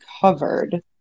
covered